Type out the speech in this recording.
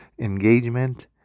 engagement